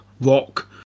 rock